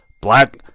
black